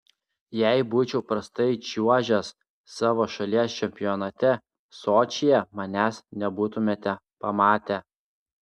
jei būčiau prastai čiuožęs savo šalies čempionate sočyje manęs nebūtumėte pamatę